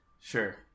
sure